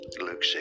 Luke